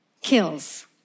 kills